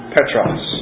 Petros